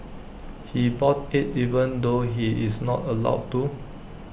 he bought IT even though he's not allowed to